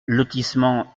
lotissement